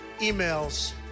emails